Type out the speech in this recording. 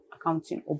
accounting